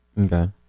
Okay